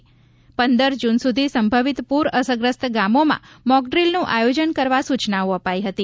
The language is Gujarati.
તથા પંદર જૂન સુધી સંભવિત પૂર અસરગ્રસ્ત ગામોમાં મોકડ્રીલનું આયોજન કરવા સૂચનાઓ અપાઈ હતી